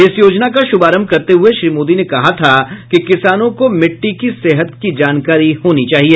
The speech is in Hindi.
इस योजना का शुभारंभ करते हुए श्री मोदी ने कहा था कि किसानों को मिट्टी की सेहत की जानकारी होनी चाहिए